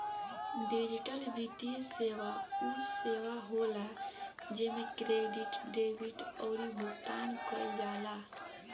digital वित्तीय सेवा उ सेवा होला जेमे क्रेडिट, डेबिट अउरी भुगतान कईल जाला